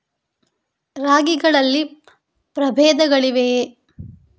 ರಾಗಿಗಳಲ್ಲಿ ಪ್ರಬೇಧಗಳಿವೆಯೇ?